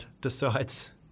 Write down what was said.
decides